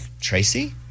Tracy